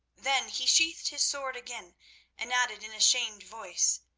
then he sheathed his sword again and added in a shamed voice,